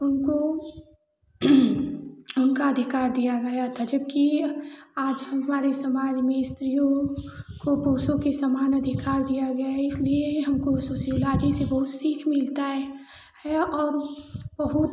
उनको उनका अधिकार दिया गया था जबकि आज हमारे समाज में स्त्रियों को पुरुषों के समान अधिकार दिया गया है इसलिए हम पुरुषों से इलाके से बहुत सीख मिलता है है और बहुत